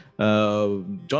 John